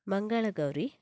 Mangalagauri